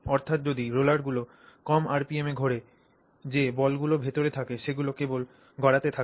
অর্থাৎ যদি রোলারগুলি কম আরপিএমে ঘোরে যে বলগুলি ভেতরে থাকে সেগুলিও কেবল গড়াতে থাকে